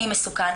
אני מסוכן,